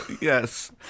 Yes